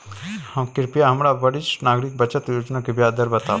कृपया हमरा वरिष्ठ नागरिक बचत योजना के ब्याज दर बताबू